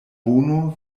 bono